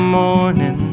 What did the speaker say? morning